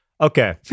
Okay